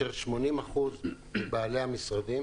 80% מבעלי המשרדים